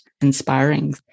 inspiring